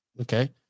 Okay